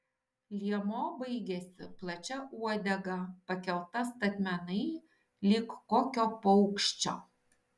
liemuo baigėsi plačia uodega pakelta statmenai lyg kokio paukščio